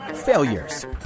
failures